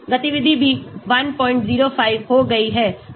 गतिविधि भी 105 हो गई है